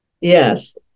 Yes